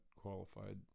qualified